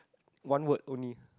one word only